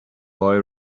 boy